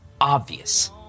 obvious